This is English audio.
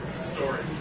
stories